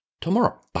tomorrow